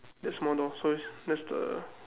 that small dog so that's the